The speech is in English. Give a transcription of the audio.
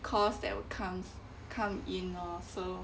cost that would comes come in lor so